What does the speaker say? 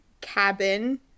Cabin